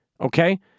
Okay